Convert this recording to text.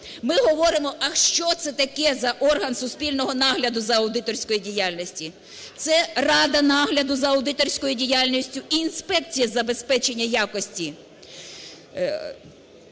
Ми говоримо, а що це таке за орган суспільного нагляду з аудиторської діяльності? Це Рада нагляду за аудиторською діяльністю і інспекція з забезпечення якості